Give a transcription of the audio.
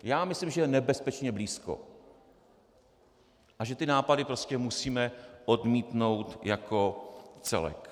Já myslím, že je nebezpečně blízko a že ty nápady prostě musíme odmítnout jako celek.